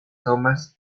thomas